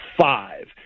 five